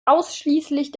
ausschließlich